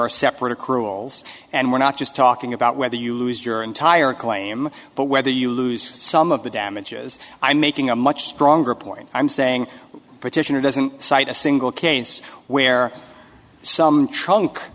are separate accruals and we're not just talking about whether you lose your entire claim but whether you lose some of the damages i making a much stronger point i'm saying petitioner doesn't cite a single case where some trunk